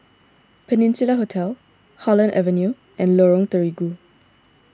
Peninsula Hotel Holland Avenue and Lorong Terigu